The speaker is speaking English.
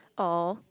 oh